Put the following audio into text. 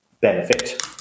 benefit